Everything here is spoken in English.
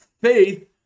Faith